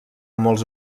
molts